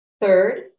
Third